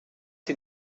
sie